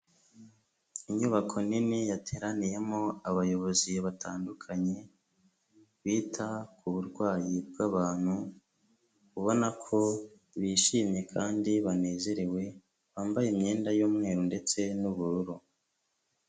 Inyubako nini yateraniyemo abayobozi batandukanye bita ku burwayi bw'abantu, ubona ko bishimye kandi banezerewe, bambaye imyenda y'umweru ndetse n'ubururu.